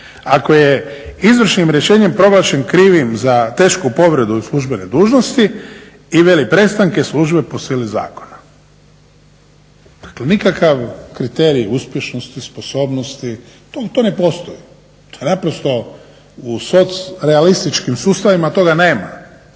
ako je izvršnim rješenjem proglašen krivim za tešku povredu službene dužnosti i veli prestanak službe po sili zakona. Dakle nikakav kriterij uspješnosti, sposobnosti, to ne postoji, to naprosto u socrealističkim sustavima toga nema.